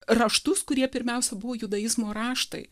raštus kurie pirmiausia buvo judaizmo raštai